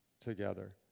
together